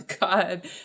God